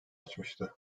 açmıştı